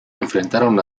enfrentaron